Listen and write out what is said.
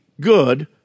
good